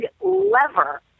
lever